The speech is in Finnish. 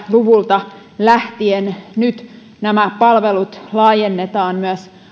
luvulta lähtien nyt nämä palvelut laajennetaan myös